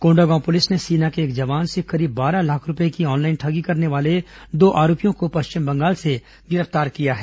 Kondagaon police ने सेना के एक जवान से करीब बारह लाख रूपये की ऑनलाइन ठगी करने वाले दो आरोपियों को पश्चिम बंगाल से गिरफ्तार किया है